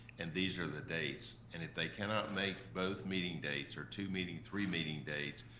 and these are the dates. and if they cannot make both meeting dates or two meeting, three meeting dates,